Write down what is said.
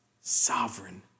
sovereign